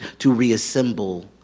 to reassemble,